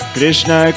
Krishna